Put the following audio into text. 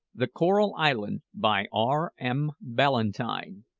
the coral island, by r m. ballantyne.